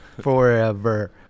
forever